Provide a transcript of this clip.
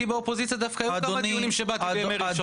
באופוזיציה היו כמה דיונים שבאתי בימי ראשון,